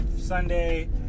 Sunday